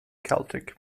celtic